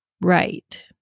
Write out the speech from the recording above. Right